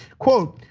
quote,